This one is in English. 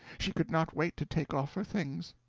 she would not wait to take off her things.